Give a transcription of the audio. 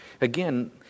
Again